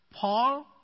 Paul